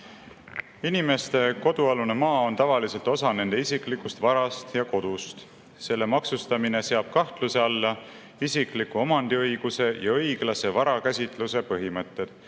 Inimeste kodu alune maa on tavaliselt osa nende isiklikust varast ja kodust. Selle maksustamine seab kahtluse alla isikliku [omandi puhul] omandiõiguse ja õiglase varakäsitluse põhimõtted,